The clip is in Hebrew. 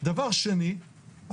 דבר שני,